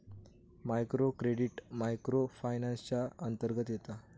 micro credit micro finance च्या अंतर्गत येता